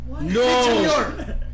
No